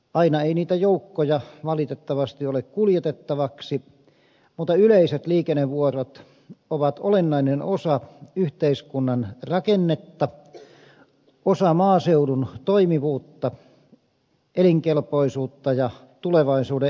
aina ei niitä joukkoja valitettavasti ole kuljetettavaksi mutta yleiset liikennevuorot ovat olennainen osa yhteiskunnan rakennetta osa maaseudun toimivuutta elinkelpoisuutta ja tulevaisuuden edellytyksiä